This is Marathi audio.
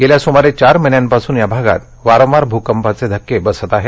गेल्या सुमारे चार महिन्यांपासून या भागात वारंवार भूकंपाचे धक्के बसत आहेत